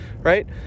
right